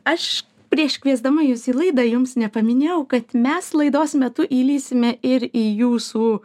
aš prieš kviesdama jus į laidą jums nepaminėjau kad mes laidos metu įlįsime ir į jūsų